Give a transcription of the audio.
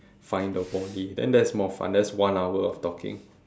find a wally then that is more fun that's one hour of talking